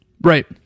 Right